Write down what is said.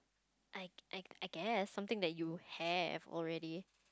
I I I guess something that you have already